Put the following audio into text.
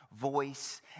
voice